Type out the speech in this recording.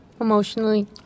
Emotionally